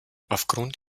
aufgrund